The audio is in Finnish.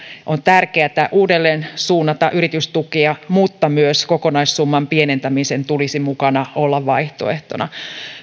on tärkeätä uudelleensuunnata yritystukia mutta myös kokonaissumman pienentämisen tulisi olla mukana vaihtoehtona